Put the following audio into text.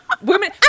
Women